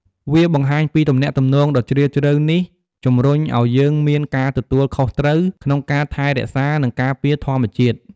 វាបង្ហាញពីទំនាក់ទំនងដ៏ជ្រាលជ្រៅនេះជំរុញឲ្យយើងមាន ការទទួលខុសត្រូវ ក្នុងការថែរក្សា និងការពារធម្មជាតិ។